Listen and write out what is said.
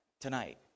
tonight